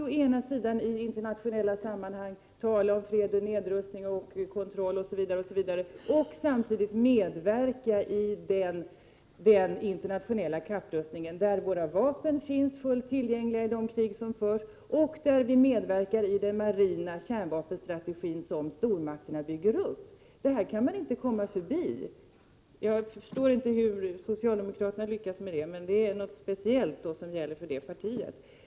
Å ena sidan talar man i internationella sammanhang om fred, nedrustning, kontroller osv., och å andra sidan medverkar man i den internationella kapprustningen, där våra vapen finns fullt tillgängliga i de krig som förs. Vi medverkar också i den marina kärnvapenstrategin, som stormakterna bygger upp. Det går inte att komma förbi detta. Jag förstår inte hur socialdemokra terna lyckas med det, men det är tydligen något speciellt med det partiet i detta avseende.